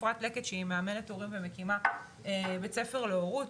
אפרת לקט שהיא מאמנת הורים ומקימה בית ספר להורות